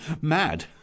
Mad